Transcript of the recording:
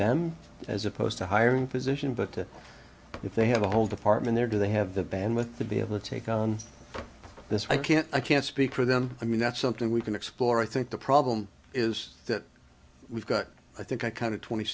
them as opposed to hiring position but if they have a whole department there do they have the band with the b of a take on this i can't i can't speak for them i mean that's something we can explore i think the problem is that we've got i think i kind of twenty